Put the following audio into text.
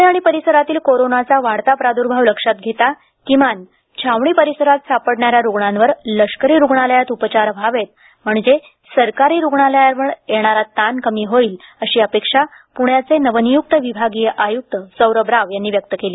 पुणे आणि परिसरातील कोरोनाचा वाढता प्रादुर्भाव लक्षात घेता किमान छावणी परिसरात सापडणाऱ्या रुग्णांवर लष्करी रुग्णालयात उपचार व्हावेत म्हणजे सरकारी रुग्णालयावर येणारा ताण कमी होईल अशी अपेक्षा प्ण्याचे नवनिय्क्त विभागीय आय्क्त सौरभ राव यांनी व्यक्त केली